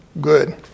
good